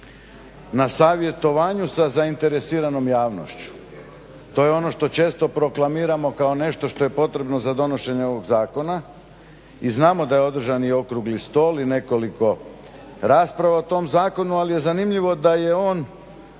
na savjetovanju sa zainteresiranom javnošću. To je ono što često proklamiramo kao nešto što je potrebno za donošenje ovog zakona i znamo da je održan i okrugli stol i nekoliko rasprava o tom zakonu, al je zanimljivo da je on